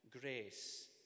grace